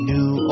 New